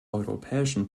europäischen